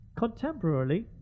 Contemporarily